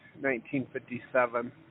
1957